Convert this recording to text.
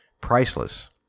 Priceless